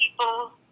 people